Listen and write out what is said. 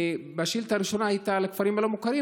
השאילתה הראשונה הייתה על הכפרים הלא-מוכרים,